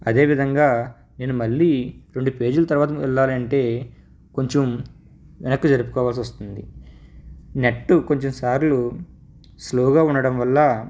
అదేవిధంగా నేను మళ్ళీ రెండు పేజీలు తరువాత వెళ్ళాలంటే కొంచెం వెనక్కి జరుపుకోవాల్సి వస్తుంది నెట్టు కొన్ని సార్లు స్లోగా ఉండడం వల్ల